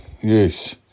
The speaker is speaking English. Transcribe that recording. Yes